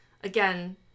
Again